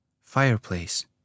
fireplace